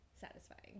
satisfying